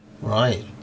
right